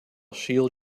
shield